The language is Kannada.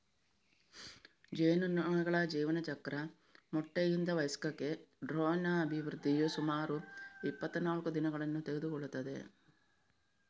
ಜೇನುನೊಣಗಳ ಜೀವನಚಕ್ರ ಮೊಟ್ಟೆಯಿಂದ ವಯಸ್ಕಕ್ಕೆ ಡ್ರೋನ್ನ ಅಭಿವೃದ್ಧಿಯು ಸುಮಾರು ಇಪ್ಪತ್ತನಾಲ್ಕು ದಿನಗಳನ್ನು ತೆಗೆದುಕೊಳ್ಳುತ್ತದೆ